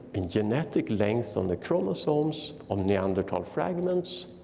and genetic lengths on the chromosomes of neanderthal fragments.